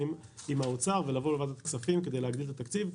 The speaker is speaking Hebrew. עם משרד האוצר ולבוא לוועדת הכספים כדי להגדיל את התקציב.